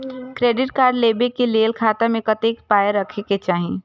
Credit card लेबै के लेल खाता मे कतेक पाय राखै के चाही?